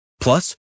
Plus